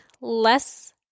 less